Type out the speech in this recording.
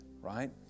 right